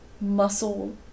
muscle